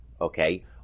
okay